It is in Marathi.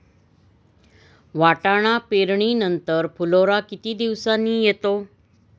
वाटाणा पेरणी नंतर फुलोरा किती दिवसांनी येतो?